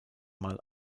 mal